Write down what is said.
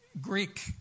Greek